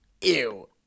Ew